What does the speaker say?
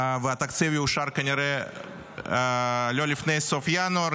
והתקציב יאושר כנראה לא לפני סוף ינואר,